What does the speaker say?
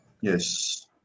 Yes